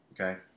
okay